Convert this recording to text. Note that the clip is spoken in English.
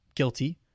Guilty